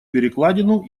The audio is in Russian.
перекладину